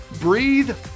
Breathe